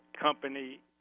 company